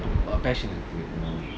a passion இருக்கு:irukku